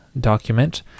document